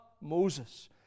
Moses